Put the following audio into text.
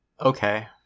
Okay